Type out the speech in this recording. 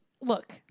Look